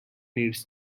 needs